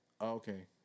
Okay